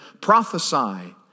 Prophesy